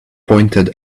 pointed